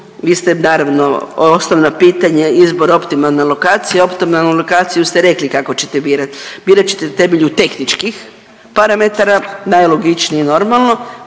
vi ste naravno osnovna pitanja izbor optimalne lokacije, optimalnu lokaciju ste rekli kako ćete birati, birat ćete na temelju tehničkih parametara, najlogičnije i normalno,